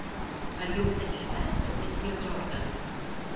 ar jau seniai čia esat mesjė džordanai